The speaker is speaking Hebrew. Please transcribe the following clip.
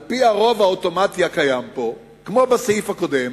על-פי הרוב האוטומטי הקיים פה, כמו בסעיף הקודם,